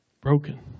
Broken